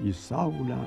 į saulę